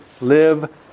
Live